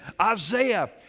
Isaiah